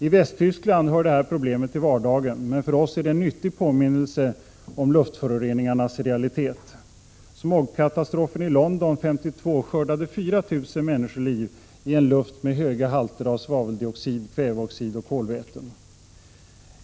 I Västtyskland hör detta problem till vardagen, men för oss är det en nyttig påminnelse om luftföroreningarnas realitet. Smogkatastrofen i London 1952 skördade 4 000 människoliv, i en luft med höga halter av svaveldioxid, kvävedioxid och kolväte.